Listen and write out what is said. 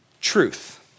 truth